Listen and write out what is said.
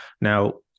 Now